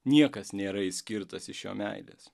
niekas nėra išskirtas iš jo meilės